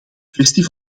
kwestie